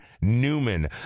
Newman